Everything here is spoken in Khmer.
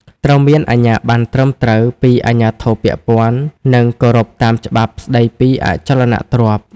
ត្រូវមានអាជ្ញាបណ្ណត្រឹមត្រូវពីអាជ្ញាធរពាក់ព័ន្ធ និងគោរពតាមច្បាប់ស្តីពីអចលនទ្រព្យ។